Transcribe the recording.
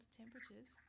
temperatures